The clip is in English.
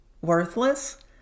worthless